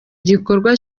gikorwa